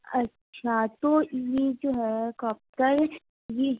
اچھا تو یہ جو ہے کاک ٹیریج یہ